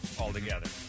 altogether